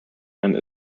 and